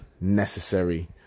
necessary